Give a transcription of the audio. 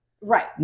right